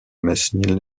mesnil